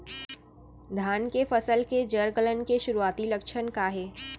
धान के फसल के जड़ गलन के शुरुआती लक्षण का हे?